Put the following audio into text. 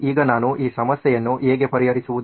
ಈಗ ನಾನು ಈ ಸಮಸ್ಯೆಯನ್ನು ಹೇಗೆ ಪರಿಹರಿಸುವುದು